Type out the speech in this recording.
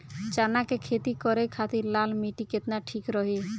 चना के खेती करे के खातिर लाल मिट्टी केतना ठीक रही?